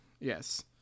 Yes